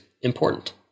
important